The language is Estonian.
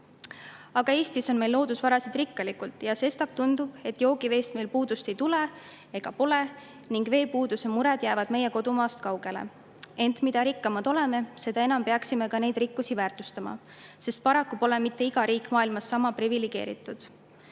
Aga Eestis on meil loodusvarasid rikkalikult ja sestap tundub, et joogiveest meil puudust ei ole ega tule ning et veepuudus ja -mured jäävad meie kodumaast kaugele. Ent mida rikkamad oleme, seda enam peaksime oma rikkusi väärtustama, sest paraku pole mitte iga riik maailmas sama privilegeeritud.